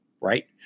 right